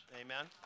Amen